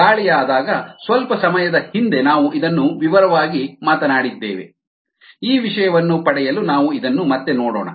ಗಾಳಿಯಾದಾಗ ಸ್ವಲ್ಪ ಸಮಯದ ಹಿಂದೆ ನಾವು ಇದನ್ನು ವಿವರವಾಗಿ ಮಾತನಾಡಿದ್ದೇವೆ ಈ ವಿಷಯವನ್ನು ಪಡೆಯಲು ನಾವು ಇದನ್ನು ಮತ್ತೆ ಮಾಡೋಣ